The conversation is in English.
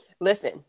listen